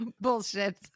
Bullshit